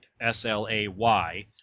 S-L-A-Y